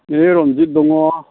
बे रनजित दङ